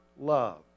love